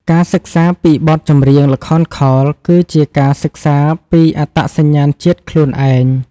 ការសិក្សាពីបទចម្រៀងល្ខោនខោល គឺជាការសិក្សាពីអត្តសញ្ញាណជាតិខ្លួនឯង។